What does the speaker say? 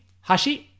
Hashi